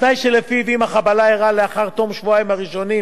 התנאי שלפיו אם החבלה אירעה לאחר תום השבועיים הראשונים